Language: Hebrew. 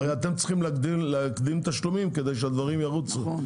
הרי אתם צריכים להקדים תשלומים כדי שהדברים ירוצו.